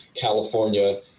California